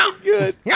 good